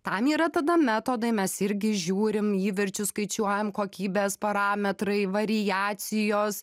tam yra tada metodai mes irgi žiūrim įverčius skaičiuojam kokybės parametrai variacijos